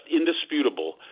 indisputable